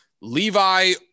Levi